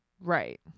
Right